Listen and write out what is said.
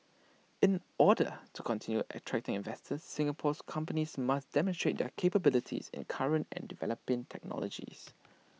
in order to continue attracting investors Singapore's companies must demonstrate their capabilities in current and developing technologies